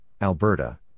Alberta